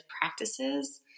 practices